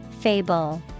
Fable